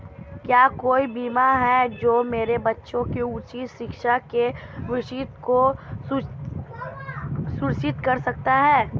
क्या कोई बीमा है जो मेरे बच्चों की उच्च शिक्षा के वित्त को सुरक्षित करता है?